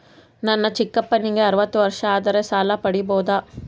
ನನ್ನ ಚಿಕ್ಕಪ್ಪನಿಗೆ ಅರವತ್ತು ವರ್ಷ ಆದರೆ ಸಾಲ ಪಡಿಬೋದ?